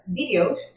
videos